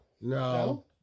No